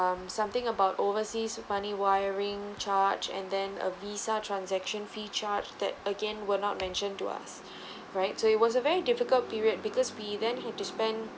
um something about overseas money wiring charge and then a visa transaction fee charged that again were not mentioned to us right so it was a very difficult period because we then had to spend